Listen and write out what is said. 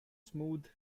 smooth